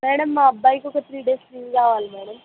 madam మా అబ్బాయికి ఒక త్రీ డేస్ లీవ్ కావాలి మ్యాడమ్